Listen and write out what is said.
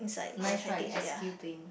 nice right S_Q plane